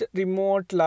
remote